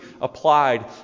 applied